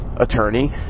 Attorney